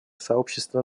сообщества